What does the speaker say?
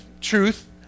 truth